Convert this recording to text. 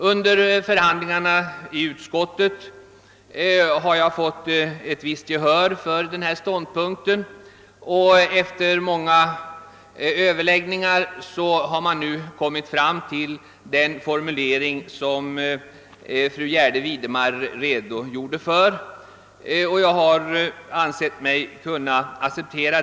Under förhandlingarna i utskottet har jag vunnit ett gehör för denna ståndpunkt, och efter många överläggningar har utskotiet kommit fram till den for mulering, som fru Gärde Widemar redogjorde för och som jag ansett mig kunna acceptera.